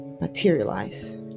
materialize